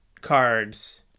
cards